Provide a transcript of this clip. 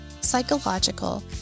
psychological